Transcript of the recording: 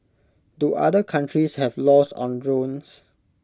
do other countries have laws on drones